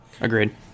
Agreed